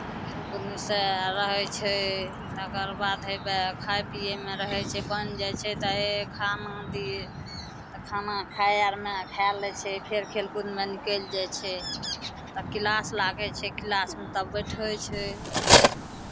ओहिमे से रहै छै तकर बाद हउएह खाय पियैमे रहै छै बनि जाइ छै तऽ हे खाना दिअ तऽ खाना खाय आरमे खाए लै छै फेर खेलकूदमे निकलि जाइ छै आ किलास लागै छै क्लासमे तब बैठबै छै